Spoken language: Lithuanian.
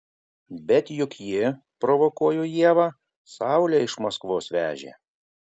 bet juk ji provokuoju ievą saulę iš maskvos vežė